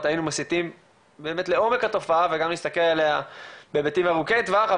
היינו מסיטים לעומק התופעה וגם להסתכל עליה בהיבטים ארוכי טווח.